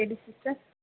ಹೇಳಿ ಸಿಸ್ಟರ್